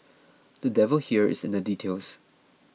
the devil here is in the details